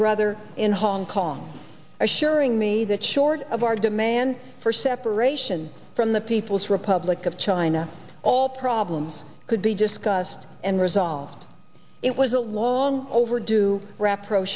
brother in hong kong assuring me that short of our demand for separation from the people's republic of china all problems could be discussed and resolved it was a long overdue